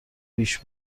پیش